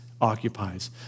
occupies